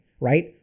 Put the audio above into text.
right